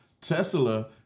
Tesla